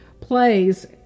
plays